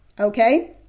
Okay